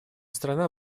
страна